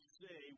say